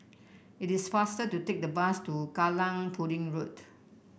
it is faster to take the bus to Kallang Pudding Road